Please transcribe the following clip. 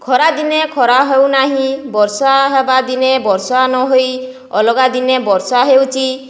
ଖରାଦିନେ ଖରା ହେଉନାହିଁ ବର୍ଷା ହେବା ଦିନେ ବର୍ଷା ନହୋଇ ଅଲଗା ଦିନେ ବର୍ଷା ହେଉଛି